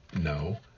No